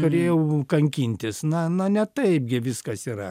turėjau kankintis na na ne taip gi viskas yra